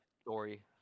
story